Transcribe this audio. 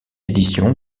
édition